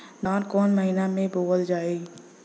धान कवन महिना में बोवल जाई?